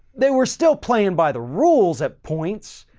they were still playing by the rules at points.